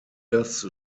das